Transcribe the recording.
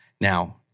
Now